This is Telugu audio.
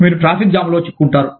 మీరు ట్రాఫిక్ జామ్లో చిక్కుకుంటారు